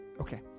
Okay